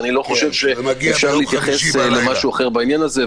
ואי-אפשר להתייחס למשהו אחר בעניין הזה,